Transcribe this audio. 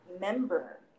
member